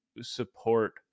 support